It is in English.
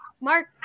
Mark